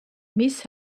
miss